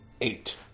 eight